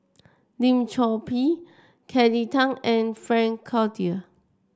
Lim Chor Pee Kelly Tang and Frank Cloutier